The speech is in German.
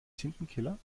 tintenkiller